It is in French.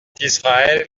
israël